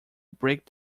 break